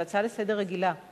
זו הצעה רגילה לסדר-היום.